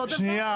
אותו דבר.